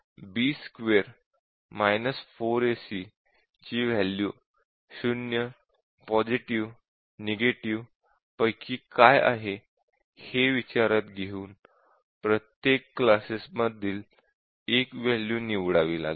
आपल्याला b2 4ac ची value ० positive negative पैकी काय आहे हे विचारात घेऊन प्रत्येक इक्विवलेन्स क्लासेस मधील एक वॅल्यू निवडावी लागेल